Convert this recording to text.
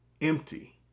empty